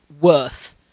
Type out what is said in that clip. worth